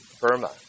Burma